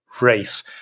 race